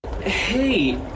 Hey